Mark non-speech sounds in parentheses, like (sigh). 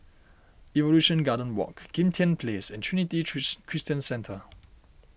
Evolution Garden Walk Kim Tian Place and Trinity (unintelligible) Christian Centre